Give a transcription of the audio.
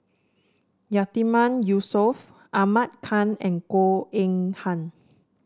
Yatiman Yusof Ahmad Khan and Goh Eng Han